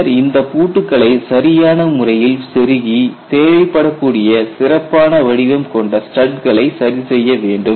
பின்னர் இந்த பூட்டுகளை சரியான முறையில் செருகி தேவைப்படக் கூடிய சிறப்பான வடிவம் கொண்ட ஸ்டட்களை சரிசெய்ய வேண்டும்